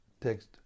Text